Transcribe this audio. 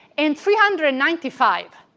in three hundred and ninety five,